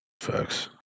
Facts